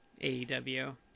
AEW